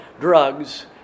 drugs